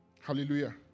Hallelujah